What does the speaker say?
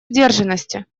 сдержанности